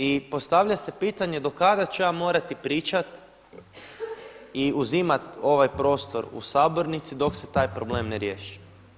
I postavlja se pitanje do kada ću ja morati pričati i uzimat ovaj prostor u sabornici dok se taj problem ne riješi.